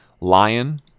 lion